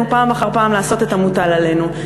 פעם אחר פעם לעשות את המוטל עלינו.